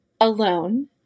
alone